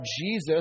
Jesus